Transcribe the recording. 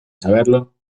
saberlo